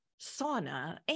sauna